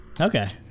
okay